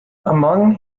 among